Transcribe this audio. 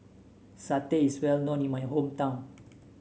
satay is well known in my hometown